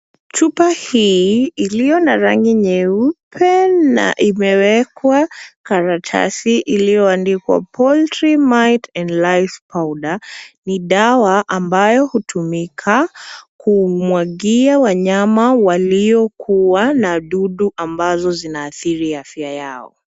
Chupa hii iliyo na rangi nyeupe na imewekwa karatasi iliyoandikwa poutry mite and mice powder ni dawa ambayo hutumika kumwagia wanyama waliokua na dudu ambazo zinaadhiri afya yao.